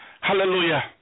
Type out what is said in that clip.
Hallelujah